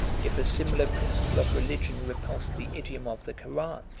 if a similar principle of religion repulsed the idiom of the koran,